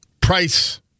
price